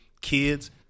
Kids